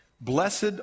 blessed